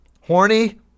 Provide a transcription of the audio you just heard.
Horny